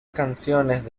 canciones